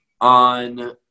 on